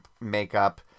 makeup